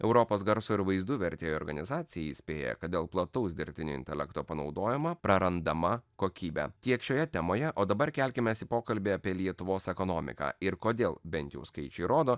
europos garso ir vaizdų vertėjų organizacija įspėja kad dėl plataus dirbtinio intelekto panaudojimo prarandama kokybė tiek šioje temoje o dabar kelkimės į pokalbį apie lietuvos ekonomiką ir kodėl bent jau skaičiai rodo